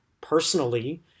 personally